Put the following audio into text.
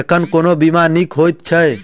एखन कोना बीमा नीक हएत छै?